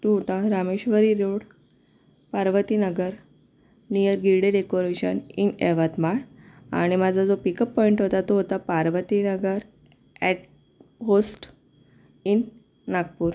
तो होता Rameshwari road Parvati Nagar near Girde recreation in Yavatmal आणि माझा जो माझा पिकअप पॉइंट होता तो होता Parvati Nagar at post in Nagpur